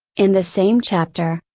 in the same chapter,